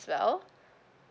well